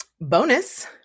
Bonus